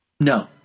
No